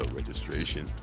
registration